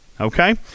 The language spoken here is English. Okay